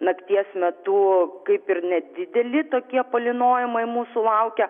nakties metu kaip ir nedideli tokie palynojimai mūsų laukia